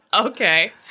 Okay